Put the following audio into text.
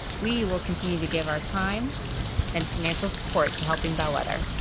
we will continue to give our time and financial support to helping bellwether.